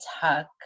tuck